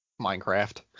Minecraft